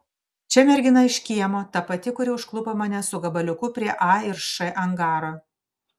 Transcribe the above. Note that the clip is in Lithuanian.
čia mergina iš kiemo ta pati kuri užklupo mane su gabaliuku prie a ir š angaro